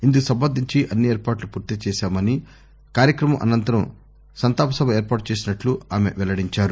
ఇందుకు సంబంధించి అన్ని ఏర్పాట్లు పూర్తి చేశామని కార్యక్రమానంతరం సంతాపసభ ఏర్పాటు చేసినట్లు ఆమె వెల్లడించారు